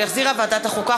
שהחזירה ועדת החוקה,